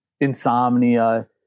insomnia